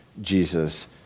Jesus